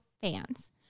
fans